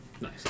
Nice